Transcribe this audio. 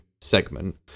segment